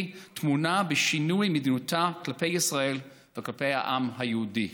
טמונה בשינוי מדיניותה כלפי ישראל וכלפי העם היהודי.